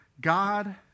God